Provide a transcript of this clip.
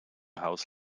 haus